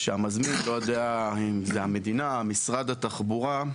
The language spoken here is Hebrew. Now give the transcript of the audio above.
לא יודע אם זו המדינה או משרד התחבורה,